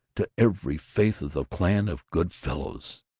to every faith of the clan of good fellows.